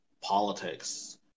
politics